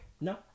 No